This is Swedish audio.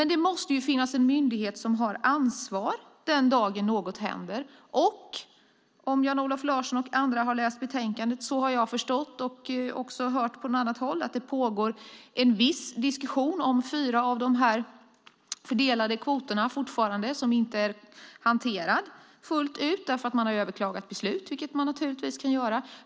Det måste dock finnas en myndighet som har ansvar den dag något händer. Jag har dessutom förstått att det pågår en viss diskussion om fyra av de fördelade kvoterna. Man har överklagat beslut, vilket man givetvis kan göra. Detta vet Jan-Olof Larsson och andra om de har läst betänkandet.